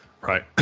Right